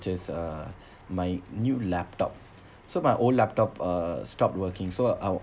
purchase uh my new laptop so my old laptop uh stop working so I will